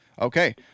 Okay